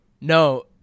No